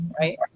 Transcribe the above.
right